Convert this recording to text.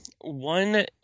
One